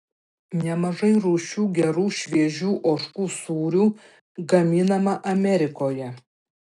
nemažai rūšių gerų šviežių ožkų sūrių gaminama amerikoje